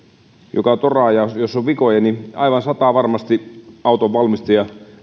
jossa on vikoja niin aivan satavarmasti autonvalmistaja